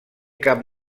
cap